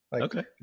Okay